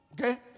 Okay